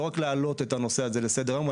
לא רק להעלות את הנושא לסדר היום,